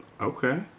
Okay